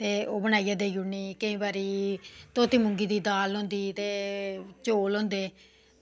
ते ओह् बनाइयै देई ओड़नी केईं बारी धोती मूुगी दी दाल होंदी ते चौल होंदे